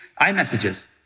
iMessages